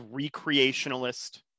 recreationalist